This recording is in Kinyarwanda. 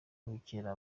butera